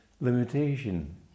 limitation